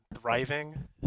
thriving